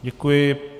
Děkuji.